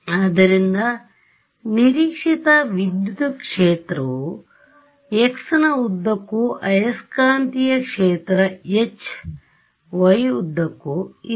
ಆದ್ದರಿಂದ ನಿರೀಕ್ಷಿತ ವಿದ್ಯುತ್ ಕ್ಷೇತ್ರವು xˆ ನ ಉದ್ದಕ್ಕೂ ಆಯಸ್ಕಾಂತೀಯ ಕ್ಷೇತ್ರ yˆ ಉದ್ದಕ್ಕೂ ಇದೆ